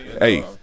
hey